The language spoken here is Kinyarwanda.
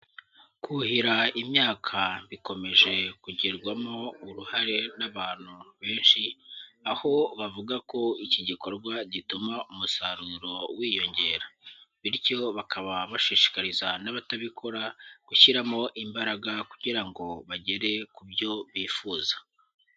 Kuhira imyaka bikomeje kugirwamo uruhare n'abantu benshi, aho bavuga ko iki gikorwa gituma umusaruro wiyongera. Bityo bakaba bashishikariza n'abatabikora gushyiramo imbaraga kugira ngo bagere ku byo bifuza.